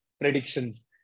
predictions